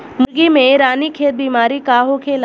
मुर्गी में रानीखेत बिमारी का होखेला?